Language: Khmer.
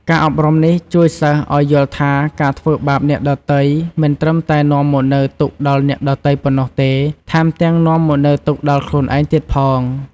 ការអប់រំនេះជួយសិស្សឲ្យយល់ថា ការធ្វើបាបអ្នកដទៃ មិនត្រឹមតែនាំមកនូវទុក្ខដល់អ្នកដទៃប៉ុណ្ណោះទេ ថែមទាំងនាំមកនូវទុក្ខដល់ខ្លួនឯងទៀតផង។